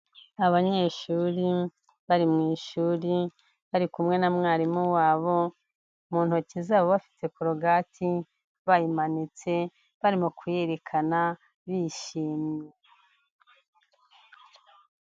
Abanyeshuri bari mu ishuri bari kumwe na mwarimu wabo, mu ntoki zabo bafite korogati bayimanitse, bari mu kuyerekana, bishimye.